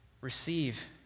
receive